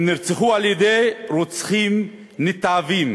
הם נרצחו על-ידי רוצחים נתעבים